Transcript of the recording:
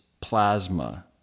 plasma